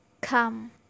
come